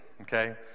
okay